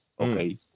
okay